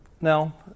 Now